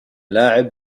لاعب